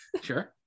Sure